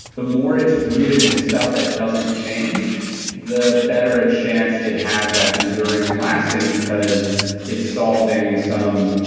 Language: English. the more it's rooted in stuff that doesn't change the better a chance it has at enduring and lasting because it's solving some.